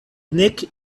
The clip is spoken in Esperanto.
nek